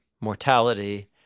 mortality